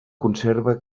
conserva